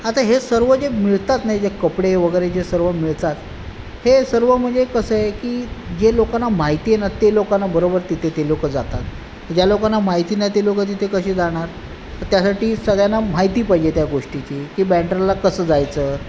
आता ही सर्व इथे जे मिळतात ना इथे कपडे वगैरे जे सर्व मिळतात हे सर्व म्हणजे कसं आहे की जे लोकांना माहिती आहे ना ते लोकांना बरोबर तिथे ते लोकं जातात ज्या लोकांना माहिती नाही ते लोकं तिथे कशी जाणार तर त्यासाठी सगळ्यांना माहिती पाहिजे त्या गोष्टीची की बॅन्ड्राला कसं जायचं